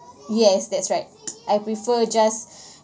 yes that's right I prefer just